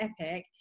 epic